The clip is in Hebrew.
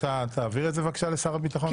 אתה תעביר את זה בבקשה לשר הביטחון,